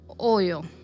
oil